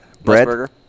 bread